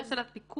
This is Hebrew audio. אבל יש עליו פיקוח,